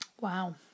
Wow